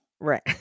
Right